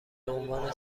بعنوان